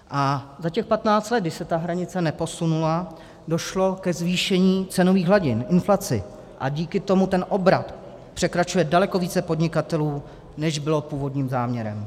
A za těch 15 let, když se ta hranice neposunula, došlo ke zvýšení cenových hladin, k inflaci a díky tomu ten obrat překračuje daleko více podnikatelů, než bylo původním záměrem.